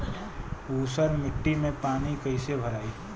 ऊसर मिट्टी में पानी कईसे भराई?